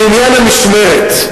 בעניין המשמרת.